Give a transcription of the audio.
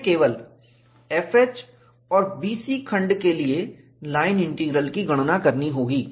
हमें केवल FH और BC खंड सेगमेंट के लिए लाइन इंटीग्रल की गणना करनी होगी